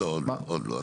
לא, עוד לא.